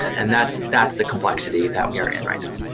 and that's that's the complexity that we are in right now.